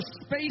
space